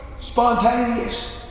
spontaneous